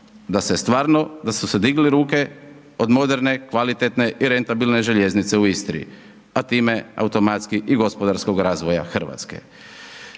da su se digle ruke, od moderne, kvalitetne i rentabilne željeznice u Istri, a time, automatski i gospodarskog razvoja Hrvatske.